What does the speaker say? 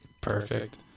Perfect